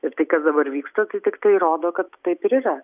ir tai kas dabar vyksta tai tiktai rodo kad taip ir yra